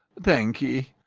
thank'ee!